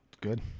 Good